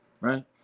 right